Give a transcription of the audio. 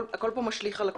הכול פה משליך על הכול.